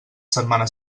setmana